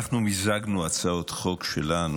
אנחנו מיזגנו הצעות חוק שלנו,